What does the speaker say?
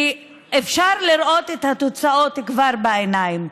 כי אפשר לראות את התוצאות כבר בעיניים.